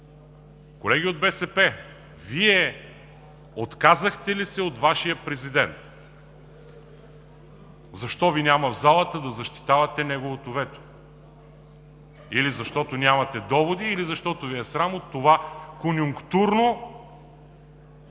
колеги от БСП, Вие отказахте ли се от Вашия президент? Защо Ви няма в залата да защитавате неговото вето – или защото нямате доводи, или защото Ви е срам от това конюнктурно,